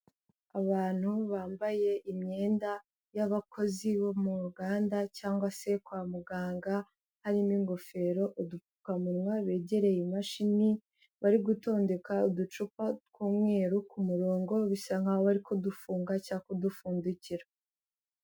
Abantu bambaye imyenda y'abakozi bo mu ruganda cyangwa se kwa muganga, harimo ingofero, udupfukamunwa begereye imashini, bari gutondeka uducupa tw'umweru ku murongo bisa nkaho bari kudufunga cyangwa kudupfundikira.